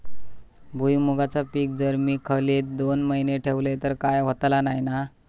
भुईमूगाचा पीक जर मी खोलेत दोन महिने ठेवलंय तर काय होतला नाय ना?